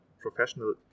professional